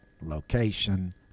location